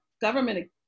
government